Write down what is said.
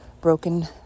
broken